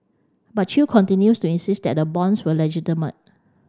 but chew continues to insist that the bonds were legitimate